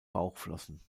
bauchflossen